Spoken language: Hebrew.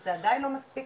זה עדיין לא מספיק,